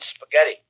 spaghetti